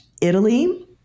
Italy